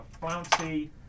flouncy